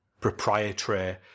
proprietary